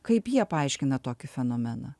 kaip jie paaiškina tokį fenomeną